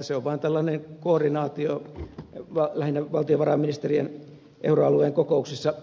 se on vain tällainen lähinnä valtiovarainministerien euroalueen kokouksissa